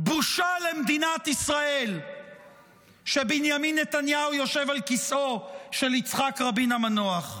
בושה למדינת ישראל שבנימין נתניהו יושב על כיסאו של יצחק רבין המנוח.